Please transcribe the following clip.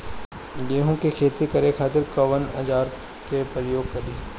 गेहूं के खेती करे खातिर कवन औजार के प्रयोग करी?